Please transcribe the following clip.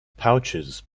pouches